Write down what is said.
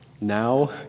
now